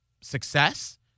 success